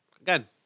Again